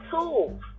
tools